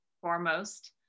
foremost